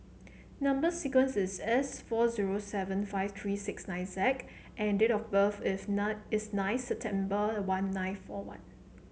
number sequence is S four zero seven five three six nine Z and date of birth is nine is nine September one nine four one